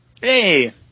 Hey